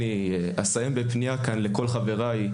אסיים בפנייה כאן לכל חבריי,